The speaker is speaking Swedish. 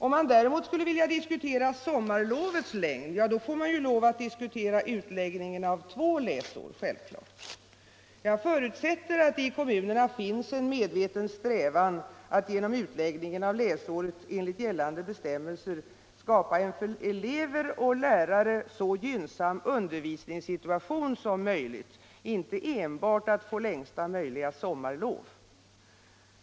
Om man diäremot skall diskutera sommarlovets längd får man självfallet diskutera utläggningen av två käsår. Jag förutsätter att det i kommunerna finns en medveten strävan att genom utläggningen av liäsårer enligt gällande bestämmelser skapa en för elever och lärare så gynnsam undervisningssituation som möjligt — inte enbart att få längsta möjliga sommarlov.